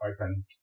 open